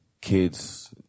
kids